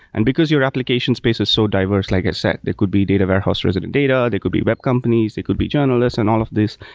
and because your application space is so diverse, like i said, it could be data warehouse resident data, they could be web companies, they could be journalists and all of these.